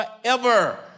forever